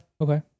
Okay